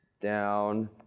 down